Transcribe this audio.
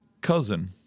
Cousin